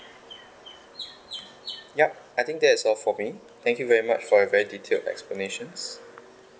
yup I think that's all for me thank you very much for your very detailed explanations